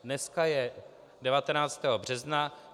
Dneska je 19. března.